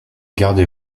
gardez